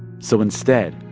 so instead,